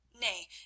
Nay